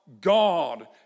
God